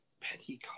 Peggy